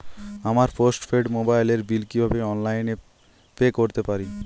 আমার post paid মোবাইলের বিল কীভাবে অনলাইনে পে করতে পারি?